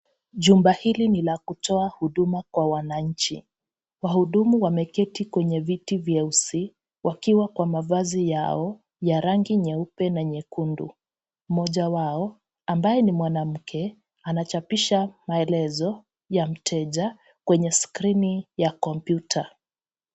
Jumba hili ni la kutoa huduma kwa wananchi wahudumu wameketi kwenye viti vyeusi wakiwa kwa mavazi yao ya rangi nyeupe na nyekundu, moja wao ambaye ni mwanamke anachapisha maelezo ya mteja kwenye skrini ya kompyuta.